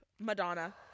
Madonna